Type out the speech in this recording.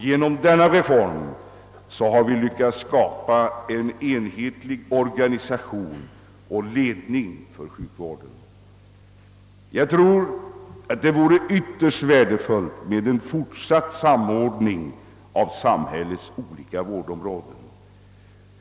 Genom dessa reformer har vi lyckats skapa en enhetlig organisation och ledning för sjukvården, och jag tror att en fortsatt samordning av olika vårdområden vore ytterst värdefull för samhället.